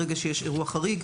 ברגע שיש אירוע חריג,